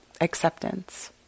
acceptance